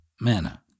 manna